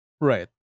Right